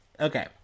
okay